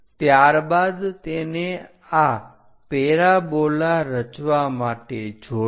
ત્યારબાદ તેને આ પેરાબોલા રચવા માટે જોડો